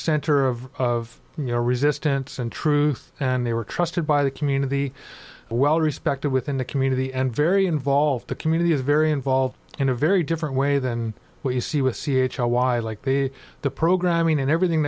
center of your resistance and truth and they were trusted by the community well respected within the community and very involved the community is very involved in a very different way than what you see with c h r y like the the programming and everything